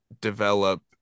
develop